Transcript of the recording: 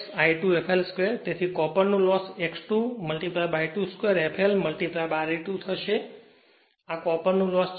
તેથી કોપરનું loss X2 I2 2 fl Re2 થશે આ કોપરનું લોસ છે